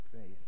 faith